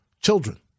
children